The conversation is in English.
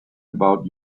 about